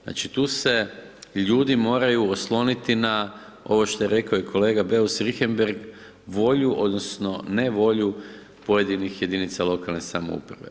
Znači tu se ljudi moraju osloniti na ovo što je rekao i kolega Beus Richembergh volju, odnosno, nevolju pojedinih jedinica lokalne samouprave.